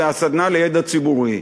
הסדנה לידע ציבורי.